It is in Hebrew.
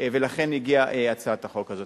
ולכן הגיעה הצעת החוק הזאת.